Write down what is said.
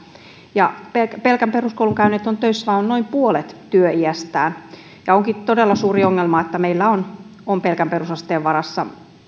ja pelkän peruskoulun käyneet ovat töissä vain noin puolet työiästään onkin todella suuri ongelma että meillä on on pelkän perusasteen varassa